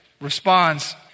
responds